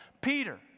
Peter